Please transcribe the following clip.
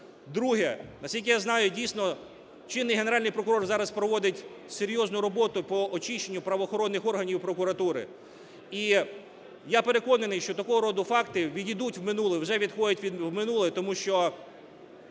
Друге. Наскільки я знаю, дійсно чинний Генеральний прокурор зараз проводить серйозну роботу по очищенню правоохоронних органів прокуратури. І я переконаний, що такого роду факти відійдуть в минуле, вже відходять в минуле, тому що